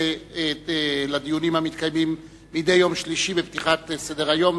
לדיונים המתקיימים מדי יום שלישי בפתיחת סדר-היום,